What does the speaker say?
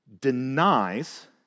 denies